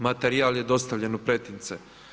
Materijal je dostavljen u pretince.